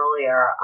earlier